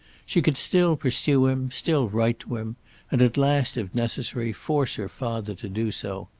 she could still pursue him still write to him and at last, if necessary, force her father to do so.